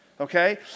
okay